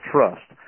Trust